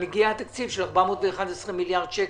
הגיע תקציב של 411 מיליארד שקל.